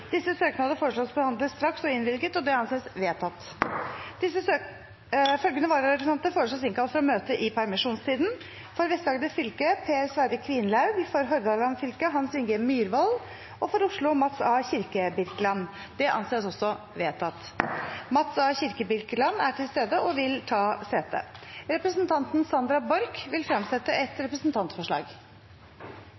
og innvilges. Følgende vararepresentanter innkalles for å møte i permisjonstiden: For Vest-Agder fylke: Per Sverre Kvinlaug For Hordaland fylke: Hans Inge Myrvold For Oslo: Mats A. Kirkebirkeland Mats A. Kirkebirkeland er til stede og vil ta sete. Representanten Sandra Borch vil